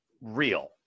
real